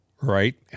right